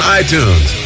iTunes